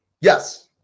Yes